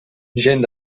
gent